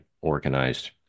organized